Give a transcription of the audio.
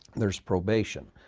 there's probation.